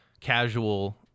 casual